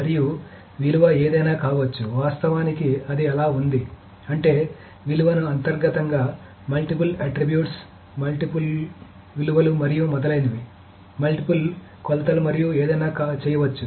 మరియు విలువ ఏదైనా కావచ్చు వాస్తవానికి ఇది అలా ఉంది అంటే విలువను అంతర్గతంగా మల్టీఫుల్ అట్ట్రిబ్యూట్స్ మల్టీఫుల్ విలువలు మరియు మొదలైనవి మల్టీఫుల్ కొలతలు మరియు ఏదైనా చేయవచ్చు